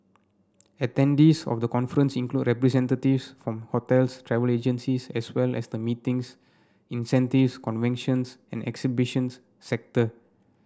attendees of the conference include representatives from hotels travel agencies as well as the meetings incentives conventions and exhibitions sector